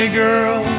girl